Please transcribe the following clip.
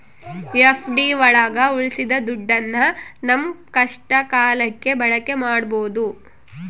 FD ಒಳಗ ಉಳ್ಸಿದ ದುಡ್ಡನ್ನ ನಮ್ ಕಷ್ಟ ಕಾಲಕ್ಕೆ ಬಳಕೆ ಮಾಡ್ಬೋದು